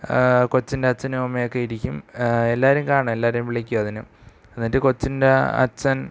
കൊച്ചിന്റച്ഛനും അമ്മയുമൊക്കെ ഇരിക്കും എല്ലാവരും കാണും എല്ലാവരെയും വിളിക്കുമതിന് എന്നിട്ട് കൊച്ചിന്റെ അച്ഛൻ